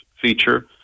feature